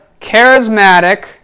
charismatic